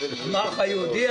המוח היהודי.